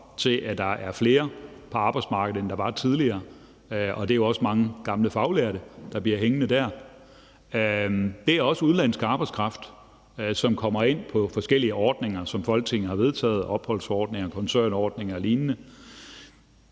til, at der er flere på arbejdsmarkedet, end der var tidligere, og det er jo også mange gamle faglærte, der bliver hængende dér. Det er også udenlandsk arbejdskraft, som kommer ind på forskellige ordninger, som Folketinget har vedtaget: opholdsordninger, koncernordninger og lignende.